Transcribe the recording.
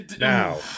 Now